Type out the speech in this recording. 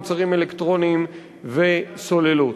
מוצרים אלקטרוניים וסוללות.